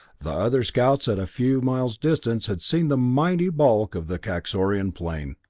the other scouts at a few miles distance had seen the mighty bulk of the kaxorian plane.